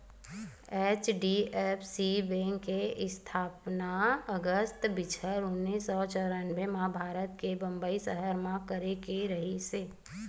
HDFC bank के इस्थापना अगस्त बछर उन्नीस सौ चौरनबें म भारत के बंबई सहर म करे गे रिहिस हे